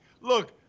Look